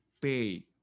pay